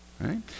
Right